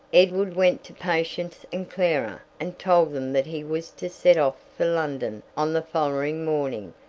edward went to patience and clara, and told them that he was to set off for london on the following morning,